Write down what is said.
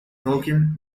tolkien